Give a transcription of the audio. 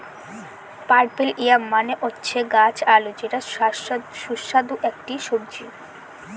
purple yam মানে হচ্ছে গাছ আলু যেটা সুস্বাদু একটি সবজি